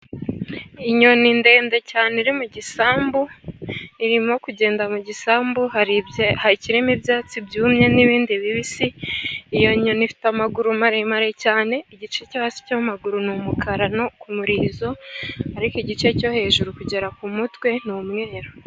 Inyoni ndende cyane iri mu gisambu, irimo kugenda mu gisambu hakirimo ibyatsi byumye n'ibindi bibisi, iyo nyoni ifite amaguru maremare cyane, igice cyo hasi cy'amaguru ni umukara no ku murizo, ariko igice cyo hejuru kugera ku mutwe ni umweru.